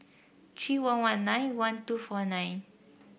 three one one nine one two four nine